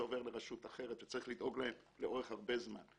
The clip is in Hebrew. עובר לרשות אחרת שתצטרך לדאוג להם לאורך הרבה זמן.